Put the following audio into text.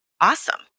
awesome